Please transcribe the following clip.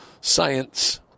science